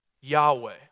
Yahweh